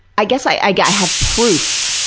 i guess i yeah have proof,